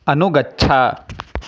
अनुगच्छ